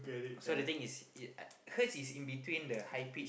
so the thing is hers is in between the high pitch and